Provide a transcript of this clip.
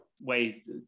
ways